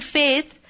faith